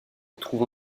trouve